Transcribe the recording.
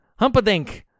humpadink